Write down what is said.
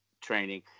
training